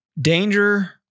danger